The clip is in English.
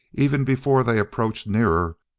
even before they approached nearer,